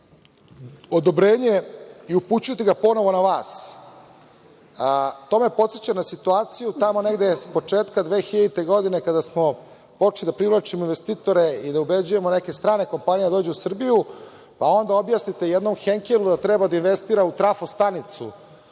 odobrenje i upućujete ga ponovo na vas. To me podseća na situaciju, tamo negde, s početka 2000. godine, kada smo počeli da privlačimo investitore i ubeđujemo neke strane kompanije da dođu u Srbiju, pa onda objasnite jednom „Henkelu“ da treba da investira u trafostanicu